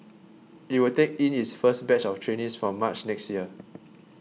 it will take in its first batch of trainees from March next year